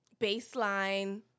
baseline